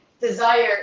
desire